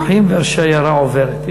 הכלבים נובחים והשיירה עוברת.